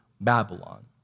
Babylon